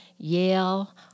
Yale